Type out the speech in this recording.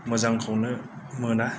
मोजां खौनो मोना